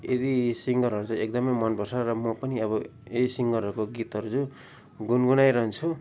यति सिङ्गरहरू चाहिँ एकदमै मनपर्छ र म पनि अब यही सिङ्गरहरको गीतहरू चाहिँ गुन्गुनाइरहन्छु